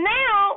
now